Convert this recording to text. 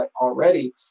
already